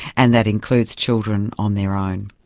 and that includes children on their own?